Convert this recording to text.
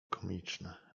komiczne